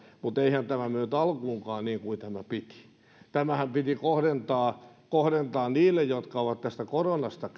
mutta eihän tämä mennyt alkuunkaan niin kuin tämän piti tämähän piti kohdentaa kohdentaa niille jotka ovat tästä koronasta